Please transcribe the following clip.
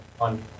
on